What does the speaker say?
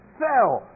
fell